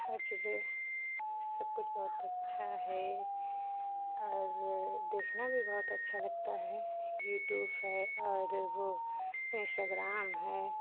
हर चीज़ें सब कुछ बहुत अच्छा है और देखना भी बहुत अच्छा लगता है यूट्यूब है और वो इंस्टाग्राम है